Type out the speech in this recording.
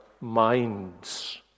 minds